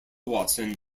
watson